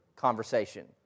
conversation